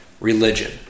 religion